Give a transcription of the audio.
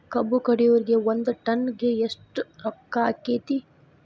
ಕಬ್ಬು ಕಡಿಯುವರಿಗೆ ಒಂದ್ ಟನ್ ಗೆ ಎಷ್ಟ್ ರೊಕ್ಕ ಆಕ್ಕೆತಿ?